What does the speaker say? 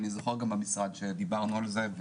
אני זוכר גם במשרד שדיברנו על זה.